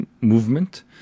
movement